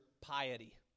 piety